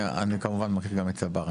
כמובן גם את צבר.